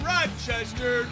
Rochester